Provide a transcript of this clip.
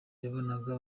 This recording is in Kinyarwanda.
yabonaga